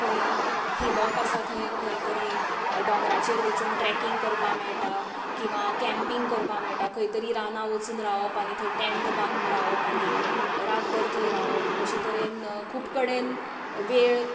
खंय हिलाॅक आसा थंय खंय तरी दोंगराचेर वचून ट्रेकिंग करपाक मेळटा किंवां कॅम्पिंग करपाक मेळटा खंय तरी रानांत वचून रावप आनी थंय टेन्ट बांदून रावप आनी रातभर थंय रावप अशें तरेन खूब कडेन वेळ